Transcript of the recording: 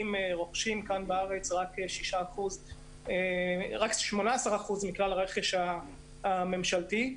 רוכשים כאן בארץ רק 18% מכלל הרכש הממשלתי.